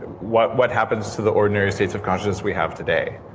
what what happens to the ordinary states of consciousness we have today?